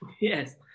Yes